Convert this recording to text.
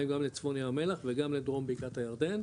גם לצפון ים המלח ולגם לדרום בקעת הירדן,